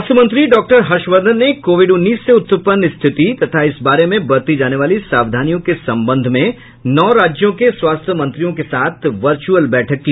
स्वास्थ्य मंत्री डॉ हर्षवर्धन ने कोविड उन्नीस से उत्पन्न स्थिति तथा इस बारे में बरती जाने वाली सावधानियों के संबंध में नौ राज्यों के स्वास्थ्य मंत्रियों के साथ वर्चुअल बैठक की